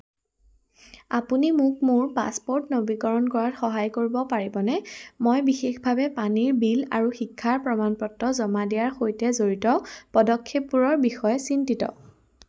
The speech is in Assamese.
আপুনি মোক মোৰ পাছপোৰ্ট নৱীকৰণ কৰাত সহায় কৰিব পাৰিবনে মই বিশেষভাৱে পানীৰ বিল আৰু শিক্ষাৰ প্ৰমাণপত্ৰ জমা দিয়াৰ সৈতে জড়িত পদক্ষেপবোৰৰ বিষয়ে চিন্তিত